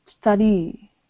study